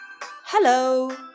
Hello